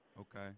Okay